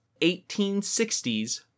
1860s